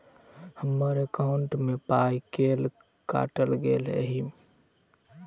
हम्मर एकॉउन्ट मे पाई केल काटल गेल एहि